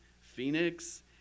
Phoenix